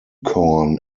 corn